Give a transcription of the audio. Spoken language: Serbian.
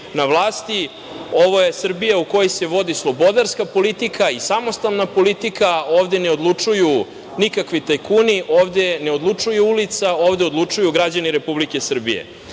na vlasti. Ovo je Srbija u kojoj se vodi slobodarska politika i samostalna politika. Ovde ne odlučuju nikakvi tajkuni, ovde ne odlučuju ulica, ovde odlučuju građani Republike Srbije.